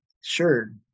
sure